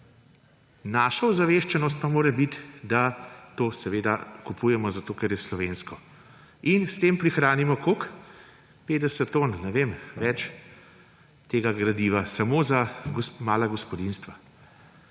Naša ozaveščenost pa mora biti, da seveda to kupujemo, zato ker je slovensko. In s tem prihranimo – koliko? 50 ton, ne vem, več tega gradiva samo za mala gospodinjstva.